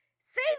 say